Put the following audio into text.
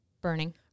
burning